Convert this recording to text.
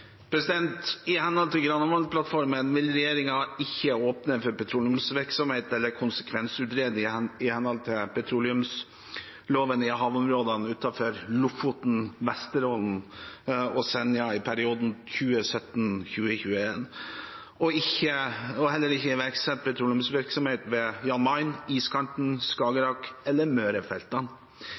I henhold til Granavolden-plattformen vil regjeringen ikke åpne for petroleumsvirksomhet, eller konsekvensutrede i henhold til petroleumsloven, i havområdene utenfor Lofoten, Vesterålen og Senja i perioden 2017–2021, og heller ikke iverksette petroleumsvirksomhet ved Jan Mayen, iskanten, Skagerrak eller Mørefeltene.